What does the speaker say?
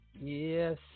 Yes